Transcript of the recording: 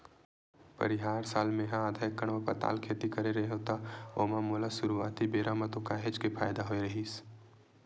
परिहार साल मेहा आधा एकड़ म पताल खेती करे रेहेव त ओमा मोला सुरुवाती बेरा म तो काहेच के फायदा होय रहिस